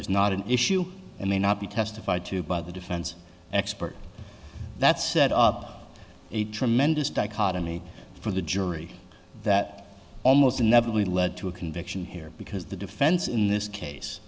is not an issue and they not be testified to by the defense expert that set up a tremendous dichotomy for the jury that almost inevitably lead to a conviction here because the defense in this case